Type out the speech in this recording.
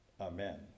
Amen